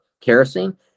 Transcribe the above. kerosene